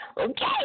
Okay